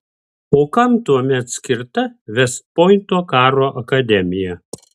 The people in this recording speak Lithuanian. o kam tuomet skirta vest pointo karo akademija